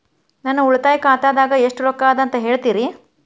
ನನ್ನ ಉಳಿತಾಯ ಖಾತಾದಾಗ ಎಷ್ಟ ರೊಕ್ಕ ಅದ ಅಂತ ಹೇಳ್ತೇರಿ?